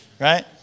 right